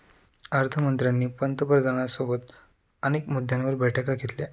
अर्थ मंत्र्यांनी पंतप्रधानांसोबत अनेक मुद्द्यांवर बैठका घेतल्या